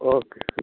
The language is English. okay